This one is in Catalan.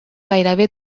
gairebé